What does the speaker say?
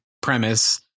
premise